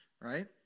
right